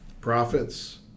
profits